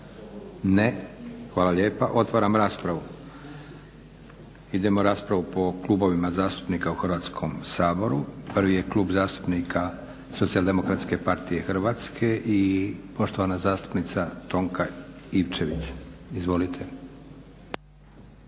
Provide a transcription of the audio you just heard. Ne. Hvala lijepa. Otvaram raspravu. Idemo raspravu po klubovima zastupnika u Hrvatskom saboru. Prvi je Klub zastupnika SDP-a Hrvatske i poštovana zastupnica Tonka Ivčević. Izvolite.